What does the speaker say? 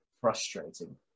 frustrating